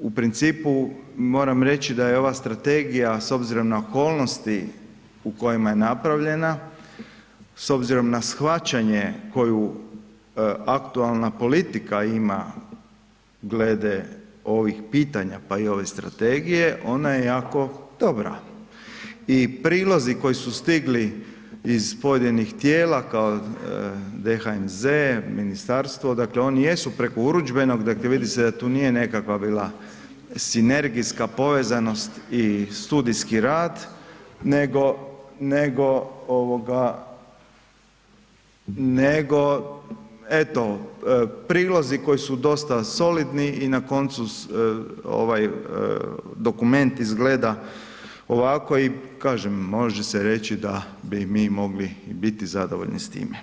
u principu moram reći da je ova Strategija, s obzirom na okolnosti u kojima je napravljena, s obzirom na shvaćanje koju aktualna politika ima glede ovih pitanja, pa i ove Strategije, ona je jako dobra i prilozi koji su stigli iz pojedinih tijela kao DHMZ, ministarstvo, dakle oni jesu preko urudžbenog, vidi da se da tu nije nekakva bila sinergijska povezanost i studijski rad, nego eto, prilozi koji su dosta solidni i na koncu, dokument izgleda ovako i kažem, može se reći da bi mi mogli biti zadovoljni s time.